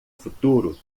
futuro